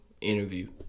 interview